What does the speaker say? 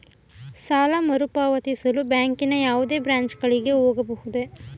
ಸಾಲ ಮರುಪಾವತಿಸಲು ಬ್ಯಾಂಕಿನ ಯಾವುದೇ ಬ್ರಾಂಚ್ ಗಳಿಗೆ ಹೋಗಬಹುದೇ?